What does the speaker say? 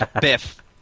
Biff